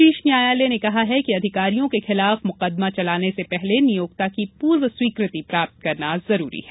शीर्ष न्यायालय ने कहा कि अधिकारियों के खिलाफ मुकदमा चलाने से पहले नियोक्ता की पूर्व स्वीकृति प्राप्त करना जरूरी है